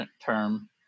term